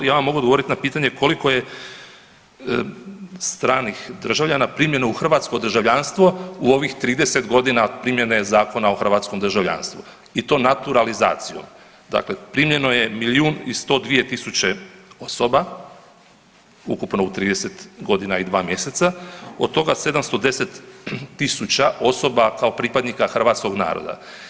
Ja vam mogu odgovoriti na pitanje koliko je stranih državljana primljeno u hrvatsko državljanstvo u ovih 30 godina primjene Zakona o hrvatskom državljanstvu i to naturalizacijom, dakle primljeno je 1 102 000 osoba, ukupno u 30 godina i 2 mjeseca, od toga 710 000 osoba kao pripadnika hrvatskog naroda.